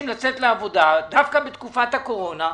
לצאת לעבודה דווקא בתקופת הקורונה,